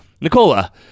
Nicola